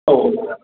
औ